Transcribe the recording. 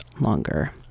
longer